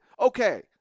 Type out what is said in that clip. okay